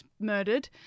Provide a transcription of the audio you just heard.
murdered